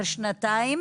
שנתיים